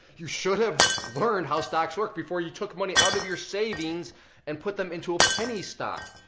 you should have learned how stocks worked before you took money out of your savings and put them into a penny stock.